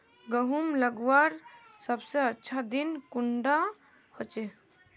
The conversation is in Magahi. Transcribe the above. गहुम लगवार सबसे अच्छा दिन कुंडा होचे?